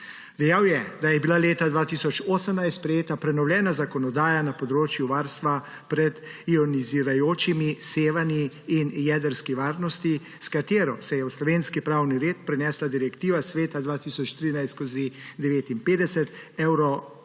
Dejal je, da je bila leta 2018 sprejeta prenovljena zakonodaja na področju varstva pred ionizirajočimi sevanji in jedrski varnosti, s katero se je v slovenski pravni red prenesla direktiva Sveta 2013/59